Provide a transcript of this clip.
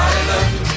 Island